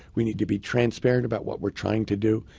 we need to be transparent about what we're trying to do,